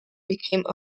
became